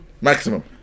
maximum